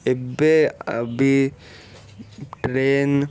ଏବେ ବି ଟ୍ରେନ୍